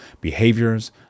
behaviors